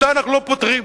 אותה אנחנו לא פוטרים.